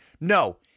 No